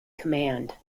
command